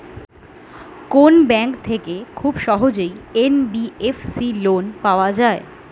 কোন ব্যাংক থেকে খুব সহজেই এন.বি.এফ.সি লোন পাওয়া যায়?